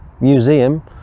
museum